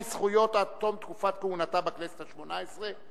זכויות עד תום תקופת כהונתה בכנסת השמונה-עשרה.